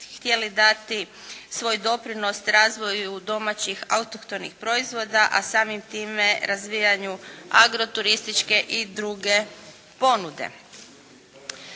htjeli dati svoj doprinos razvoju domaćih autohtonih proizvoda, a samim time agroturističke i druge ponude.